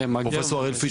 פרופסור הראל פיש,